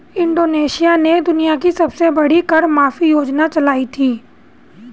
Indonesia ने दुनिया की सबसे बड़ी कर माफी योजना चलाई थी